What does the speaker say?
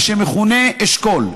מה שמכונה אשכול.